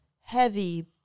heavy